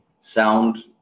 sound